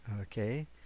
okay